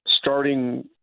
starting